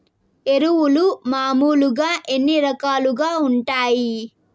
ఎరువులు మామూలుగా ఎన్ని రకాలుగా వుంటాయి?